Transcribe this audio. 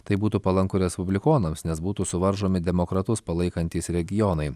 tai būtų palanku respublikonams nes būtų suvaržomi demokratus palaikantys regionai